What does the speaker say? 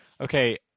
Okay